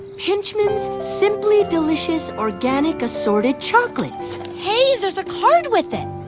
pinchman's simply delicious organic assorted chocolates. hey, there's a card with it!